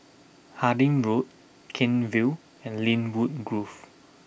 Harding Road Kent Vale and Lynwood Grove